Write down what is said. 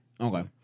Okay